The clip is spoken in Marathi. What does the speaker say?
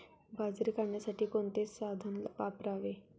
बाजरी काढण्यासाठी कोणते साधन वापरावे?